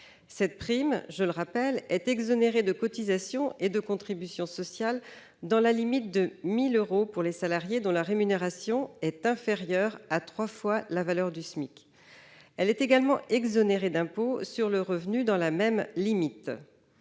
Cette prime, je le rappelle, est exonérée de cotisations et de contributions sociales dans la limite de 1 000 euros pour les salariés dont la rémunération est inférieure à trois fois la valeur du SMIC. Elle est également exonérée d'impôt sur le revenu dans la même limite.